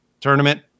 tournament